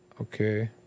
Okay